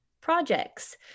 projects